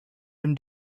him